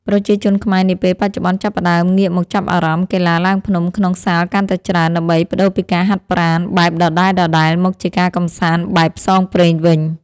ប្រជាជនខ្មែរនាពេលបច្ចុប្បន្នចាប់ផ្ដើមងាកមកចាប់អារម្មណ៍កីឡាឡើងភ្នំក្នុងសាលកាន់តែច្រើន ដើម្បីប្ដូរពីការហាត់ប្រាណបែបដដែលៗមកជាការកម្សាន្តបែបផ្សងព្រេងវិញ។